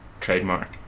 Trademark